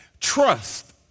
trust